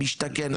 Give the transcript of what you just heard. משתכן,